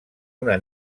una